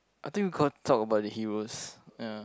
I think we got to talk about the heroes ya